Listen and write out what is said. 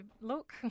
look